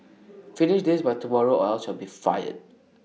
finish this by tomorrow or else you'll be fired